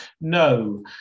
No